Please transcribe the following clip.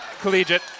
Collegiate